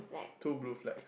two blue flags